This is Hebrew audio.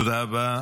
תודה רבה.